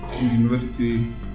university